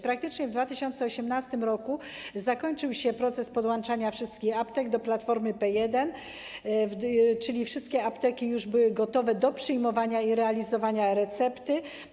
Praktycznie w 2018 r. zakończył się proces podłączania wszystkich aptek do platformy P1, czyli wszystkie apteki już były gotowe do przyjmowania i realizowania recept.